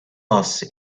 bus